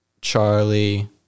Charlie